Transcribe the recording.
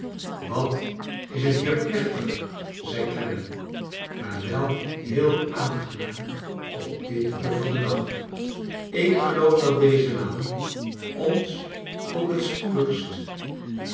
wat is het hier plechtig zei clennam maar wel heel aangenaam op dit uur van den dag ik geloof dat deze laan ons ook het